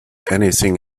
anything